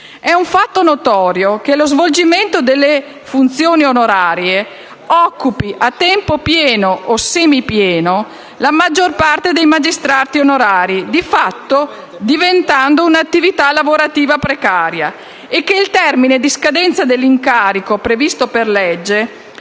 È un fatto notorio che lo svolgimento delle funzioni onorarie occupi a tempo pieno o semipieno la maggior parte dei magistrati onorari, di fatto diventando un'attività lavorativa precaria, e che il termine di scadenza dell'incarico previsto per legge